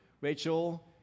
Rachel